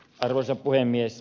arvoisa puhemies